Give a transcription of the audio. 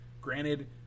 Granted